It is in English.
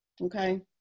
Okay